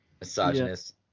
Misogynist